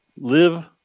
Live